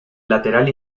lateral